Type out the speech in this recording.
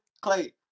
Clay